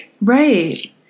Right